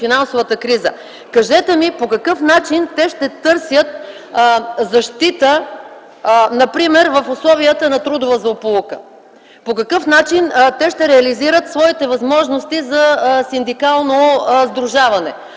Кажете ми по какъв начин те ще търсят защита, например, в условията на трудова злополука? По какъв начин те ще реализират своите възможности за синдикално сдружаване?